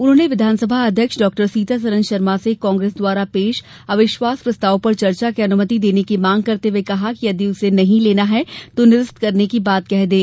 उन्होंने विधानसभा अध्यक्ष डॉक्टर सीतासरन शर्मा से कांग्रेस द्वारा पेश अविश्वास प्रस्ताव पर चर्चा की अनुमति देने की मांग करते हुए कहा कि यदि उसे नहीं लेना है तो निरस्त करने की बात कह दें